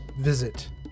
visit